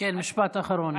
כן, משפט אחרון.